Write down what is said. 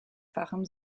fachem